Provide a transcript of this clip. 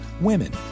women